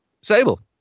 Sable